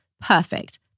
perfect